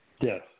Yes